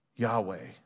Yahweh